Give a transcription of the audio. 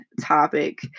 topic